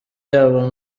yabo